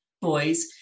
boys